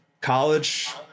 college